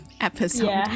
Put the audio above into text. episode